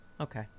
Okay